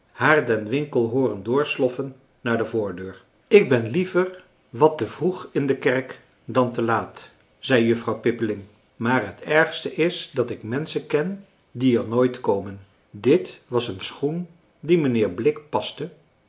den winkel hooren doorsloffen naar de voordeur ik ben liever wat te vroeg in de kerk dan te laat zei juffrouw pippeling maar het ergste is dat ik menschen ken die er nooit komen dit was een schoen die mijnheer blik paste